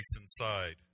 inside